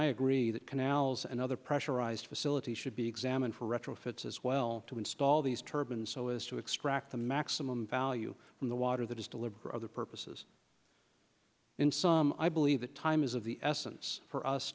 i agree that canals and other pressurized facilities should be examined for retrofits as well to install these turbaned so as to extract the maximum value from the water that is deliberate other purposes in some i believe that time is of the essence for us